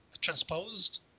transposed